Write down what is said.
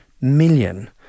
million